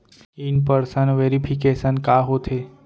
In person verification का होथे?